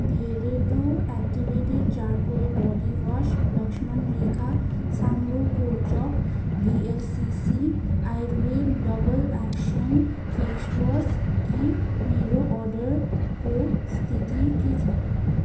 बियरडु activated charcoal body wash Lakshman Rekha साङ्लोको चक VLCC Ayurveda double action face wash कि मेरो अर्डरको स्थिति के छ